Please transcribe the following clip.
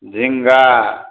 झिङ्गा